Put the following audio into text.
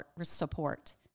support